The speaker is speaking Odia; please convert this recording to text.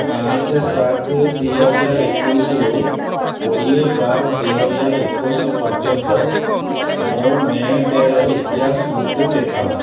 ପାଞ୍ଚ ସାତ ଦୁଇହାଜର ଏକୋଉଶିରୁ କୋଡ଼ିଏ ବାର ଦୁଇହାଜର ଏକୋଉଶି ପର୍ଯ୍ୟନ୍ତ ମୋ ନେଣ ଦେଣର ଇତିହାସ ମୋତେ ଦେଖାଅ